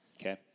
Okay